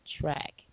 track